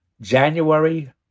January